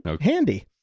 handy